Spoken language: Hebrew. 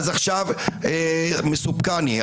מסופקני.